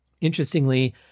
Interestingly